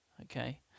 okay